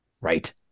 Right